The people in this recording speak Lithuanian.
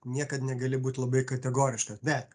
niekad negali būt labai kategoriška bet